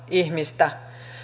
ihmistä